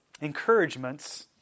encouragements